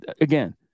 again